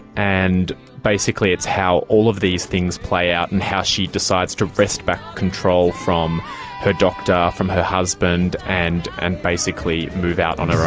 and basically it's about how all of these things play out and how she decides to wrest back control from her doctor, from her husband and and basically move out on her